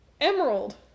Emerald